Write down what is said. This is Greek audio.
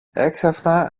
έξαφνα